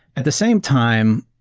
at the same time,